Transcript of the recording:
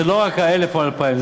זה לא רק ה-1,000 או ה-2,000,